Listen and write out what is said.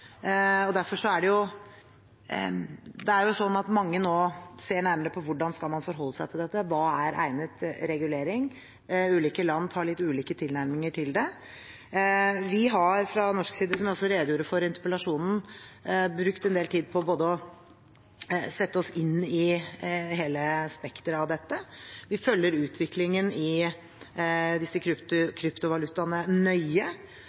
og usikkert, og derfor er det mange som nå ser nærmere på hvordan man skal forholde seg til dette. Hva er egnet regulering? Ulike land har litt ulike tilnærminger til det. Vi har fra norsk side, som jeg også redegjorde for i hovedsvaret på interpellasjonen, brukt en del tid på å sette oss inn i hele spekteret av dette. Vi følger utviklingen i kryptovalutaene nøye,